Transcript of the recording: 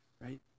right